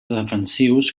defensius